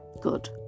good